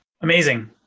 Amazing